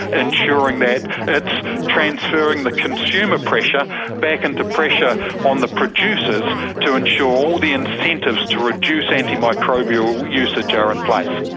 ensuring that it's transferring the consumer pressure back into pressure on the producers to ensure all the incentives to reduce antimicrobial usage are in place.